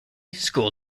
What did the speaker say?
school